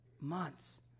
months